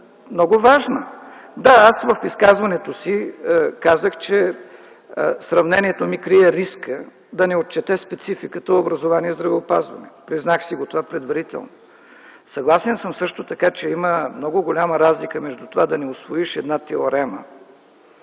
много важна. Да, в изказването си казах, че сравнението ми крие риска да не отчете спецификата образование – здравеопазване. Признах си това предварително. Съгласен съм също така, че има много голяма разлика между това да не усвоиш една теорема